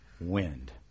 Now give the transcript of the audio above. wind